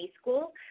school